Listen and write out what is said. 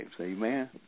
Amen